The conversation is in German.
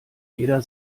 jeder